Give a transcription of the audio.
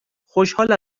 خوشحال